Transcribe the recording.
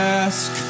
ask